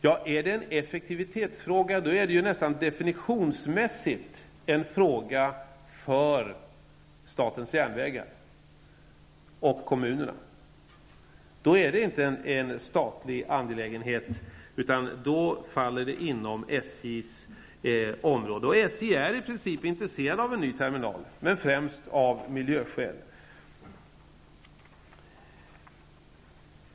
Om det är en effektivitetsfråga, är det definitionsmässigt en fråga för statens järnvägar och kommunerna. Då är det inte en statlig angelägenhet utan en fråga som ligger inom SJ:s område. På SJ är man i princip intresserad av en ny terminal, men främst av miljöskäl.